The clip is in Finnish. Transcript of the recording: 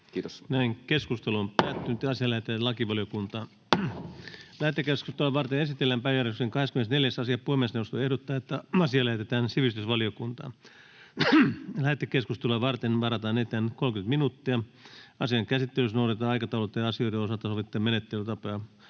§:n muuttamisesta Time: N/A Content: Lähetekeskustelua varten esitellään päiväjärjestyksen 25. asia. Puhemiesneuvosto ehdottaa, että asia lähetetään valtiovarainvaliokuntaan. Lähetekeskustelua varten varataan enintään 30 minuuttia. Asian käsittelyssä noudatetaan aikataulutettujen asioiden osalta sovittuja menettelytapoja.